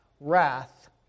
wrath